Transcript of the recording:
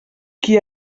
qui